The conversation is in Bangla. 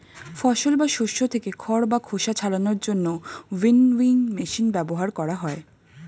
ফসল বা শস্য থেকে খড় বা খোসা ছাড়ানোর জন্য উইনউইং মেশিন ব্যবহার করা হয়